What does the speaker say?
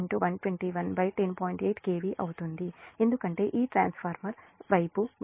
వి అవుతుంది ఎందుకంటే ఈ ట్రాన్స్ఫార్మర్ ఈ ట్రాన్స్ఫార్మర్ వైపు వాస్తవానికి ఇది మీ 10